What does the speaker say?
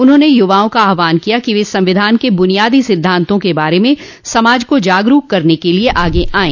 उन्होंने युवाओं का आहवान किया कि वे संविधान के बुनियादी सिद्धान्तों के बारे में समाज को जागरूक करने के लिए आगे आयें